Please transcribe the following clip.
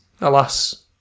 Alas